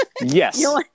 yes